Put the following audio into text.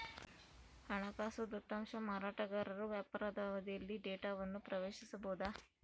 ಹಣಕಾಸು ದತ್ತಾಂಶ ಮಾರಾಟಗಾರರು ವ್ಯಾಪಾರದ ಅವಧಿಯಲ್ಲಿ ಡೇಟಾವನ್ನು ಪ್ರವೇಶಿಸಬೊದು